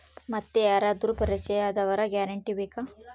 ಮತ್ತೆ ಯಾರಾದರೂ ಪರಿಚಯದವರ ಗ್ಯಾರಂಟಿ ಬೇಕಾ?